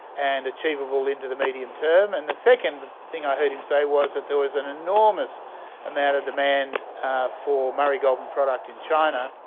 and achievable into the medium term. and the second thing i heard him say was that there was an enormous amount of demand for murray goulburn product in china.